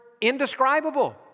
indescribable